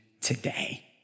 today